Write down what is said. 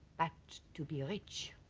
to be rich